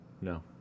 no